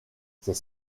ces